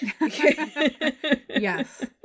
yes